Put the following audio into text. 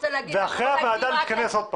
ואחרי זה הוועדה תתכנס עוד פעם.